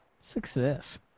Success